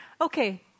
Okay